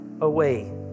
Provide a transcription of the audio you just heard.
away